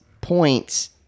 points